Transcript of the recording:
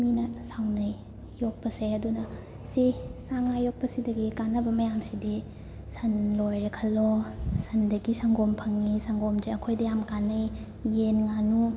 ꯃꯤꯅ ꯁꯥꯎꯅꯩ ꯌꯣꯛꯄꯁꯦ ꯑꯗꯨꯅ ꯁꯦ ꯁꯥ ꯉꯥ ꯌꯣꯛꯄꯁꯤꯗꯒꯤ ꯀꯥꯟꯅꯕ ꯃꯌꯥꯝꯁꯤꯗꯤ ꯁꯟ ꯂꯣꯏꯔꯦ ꯈꯜꯂꯣ ꯁꯟꯗꯒꯤ ꯁꯪꯒꯣꯝ ꯐꯪꯉꯤ ꯁꯪꯒꯣꯝꯁꯦ ꯑꯩꯈꯣꯏꯗ ꯌꯥꯝꯅ ꯀꯥꯟꯅꯩ ꯌꯦꯟ ꯉꯥꯅꯨ